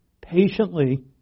patiently